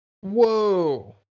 Whoa